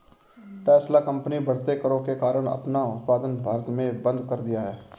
Tesla company बढ़ते करों के कारण अपना उत्पादन भारत में बंद कर दिया हैं